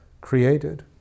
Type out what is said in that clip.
created